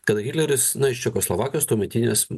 kada hitleris na iš čekoslovakijos tuometinės